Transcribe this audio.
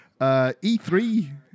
E3